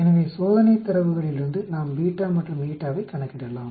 எனவே சோதனை தரவுகளிலிருந்து நாம் β மற்றும் η வைக் கணக்கிடலாம்